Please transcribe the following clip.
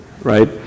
right